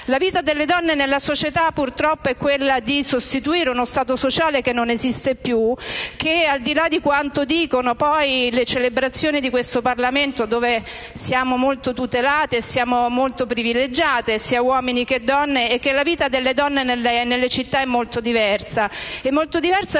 La vita delle donne nella società, purtroppo, è quella di sostituire uno Stato sociale che non esiste più. Al di là di quanto dicono poi le celebrazioni di questo Parlamento, dove siamo molto tutelate e privilegiate (sia uomini che donne), la vita delle donne nelle città è molto diversa.